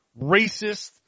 racist